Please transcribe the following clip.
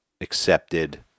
accepted